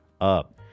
up